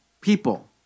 people